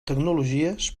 tecnologies